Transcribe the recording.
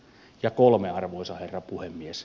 ja kolme arvoisa herra puhemies